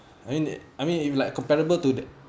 I mean I mean if like comparable to that